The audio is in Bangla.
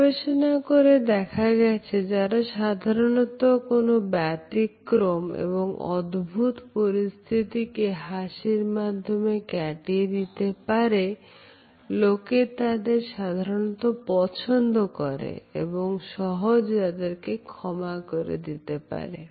গবেষণা করে দেখা গেছে যারা সাধারণত কোন ব্যতিক্রম এবং অদ্ভুত পরিস্থিতিকে হাসির মাধ্যমে কাটিয়ে দিতে পারে লোকে তাদের সাধারণত পছন্দ করে এবং সহজে তাদেরকে ক্ষমা করে দিতে পারে